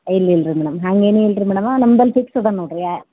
ಇಲ್ಲ ಇಲ್ಲ ರೀ ಮೇಡಮ್ ಹಾಗೇನು ಇಲ್ಲ ರೀ ಮೇಡಮ ನಮ್ಮಲ್ಲ್ ಫಿಕ್ಸ್ ಅದ ನೋಡಿರಿ